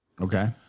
Okay